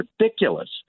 ridiculous